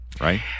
right